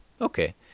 okay